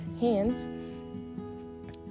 hands